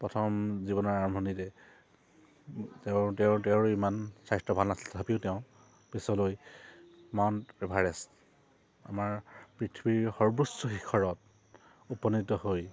প্ৰথম জীৱনৰ আৰম্ভণিতে তেওঁ তেওঁৰ ইমান স্বাস্থ্য ভাল নাছিল তথাপিও তেওঁ পিছলৈ মাউণ্ট এভাৰেষ্ট আমাৰ পৃথিৱীৰ সৰ্বোচ্চ শিখৰত উপনীত হৈ